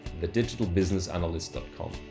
thedigitalbusinessanalyst.com